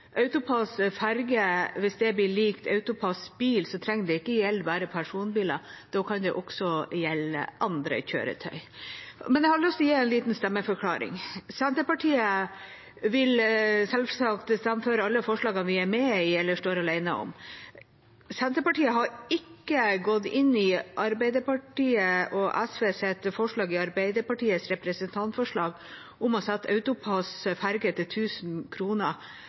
AutoPASS for ferge blir lik AutoPASS for bil, trenger det ikke å gjelde bare personbiler. Da kan det også gjelde andre kjøretøy. Jeg har lyst til å gi en liten stemmeforklaring. Senterpartiet vil selvsagt stemme for alle forslagene vi er med i eller står alene om. Senterpartiet har ikke gått inn i Arbeiderpartiet og SVs forslag i Arbeiderpartiets representantforslag om å sette AutoPASS for ferge til